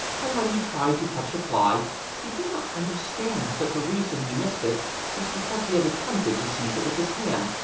and when he tried to catch a fly he did not understand that the reason he missed it was because he had attempted to seize it with his hand,